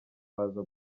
baza